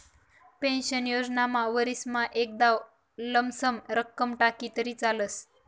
pension योजनामा वरीसमा एकदाव लमसम रक्कम टाकी तरी चालस